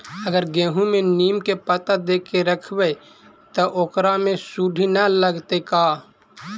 अगर गेहूं में नीम के पता देके यखबै त ओकरा में सुढि न लगतै का?